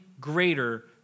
greater